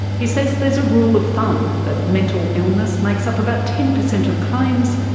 he says there's a rule of thumb that mental illness makes up about ten percent of claims,